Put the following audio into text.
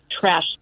trash